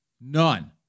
None